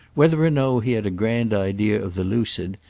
whether or no he had a grand idea of the lucid,